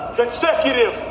consecutive